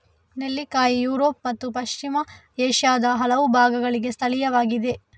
ನೆಲ್ಲಿಕಾಯಿ ಯುರೋಪ್ ಮತ್ತು ಪಶ್ಚಿಮ ಏಷ್ಯಾದ ಹಲವು ಭಾಗಗಳಿಗೆ ಸ್ಥಳೀಯವಾಗಿದೆ